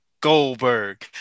Goldberg